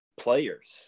players